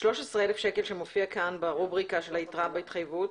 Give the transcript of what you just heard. ה-13 אלף שמופיע כאן ברובריקה של היתרה בהתחייבות?